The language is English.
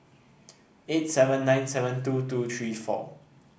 eight seven nine seven two two three four